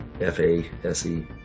F-A-S-E